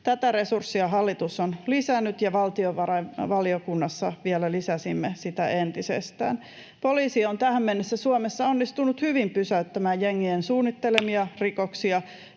Tätä resurssia hallitus on lisännyt, ja valtiovarainvaliokunnassa vielä lisäsimme sitä entisestään. Poliisi on tähän mennessä Suomessa onnistunut hyvin pysäyttämään jengien suunnittelemia rikoksia.